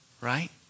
right